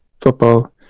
football